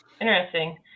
Interesting